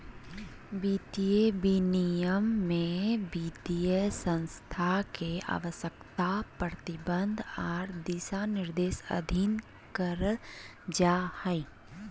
वित्तीय विनियमन में वित्तीय संस्थान के आवश्यकता, प्रतिबंध आर दिशानिर्देश अधीन करल जा हय